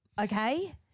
Okay